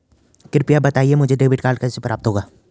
कृपया बताएँ मुझे डेबिट कार्ड कैसे प्राप्त होगा?